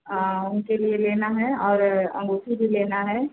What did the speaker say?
आ उनके लिए लेना है और अँगूठी भी लेना है